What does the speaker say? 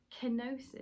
kenosis